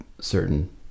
certain